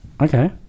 Okay